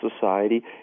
society